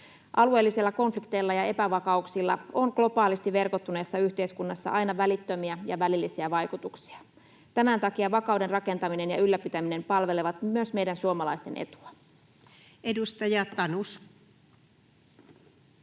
Alueellisilla konflikteilla ja epävakauksilla on globaalisti verkottuneessa yhteiskunnassa aina välittömiä ja välillisiä vaikutuksia. Tämän takia vakauden rakentaminen ja ylläpitäminen palvelevat myös meidän suomalaisten etua. Edustaja Tanus.